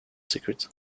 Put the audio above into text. secret